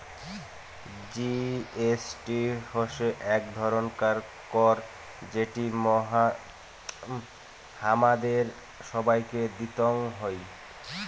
GST হসে এক ধরণকার কর যেটি হামাদের সবাইকে দিতং হই